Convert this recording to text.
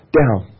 down